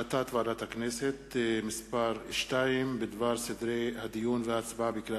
החלטת ועדת הכנסת מס' 2 בדבר סדרי הדיון וההצבעה בקריאה